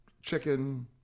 chicken